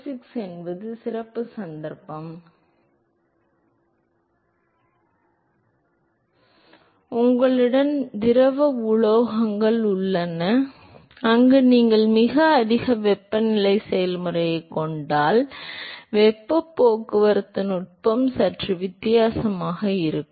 6 என்பது சிறப்பு சந்தர்ப்பம் உங்களிடம் திரவ உலோகங்கள் இருந்தால் அங்கு நீங்கள் மிக அதிக வெப்பநிலை செயல்முறையைக் கொண்டால் வெப்பப் போக்குவரத்து நுட்பம் சற்று வித்தியாசமாக இருக்கும்